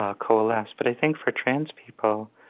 ah coalesce but i think, for trans people,